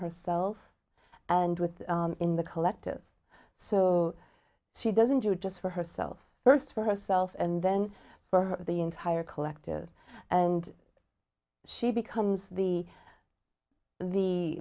herself and with in the collective so she doesn't do it just for herself first for herself and then for the entire collective and she becomes the the